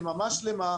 יממה שלמה,